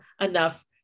enough